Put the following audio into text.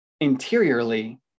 interiorly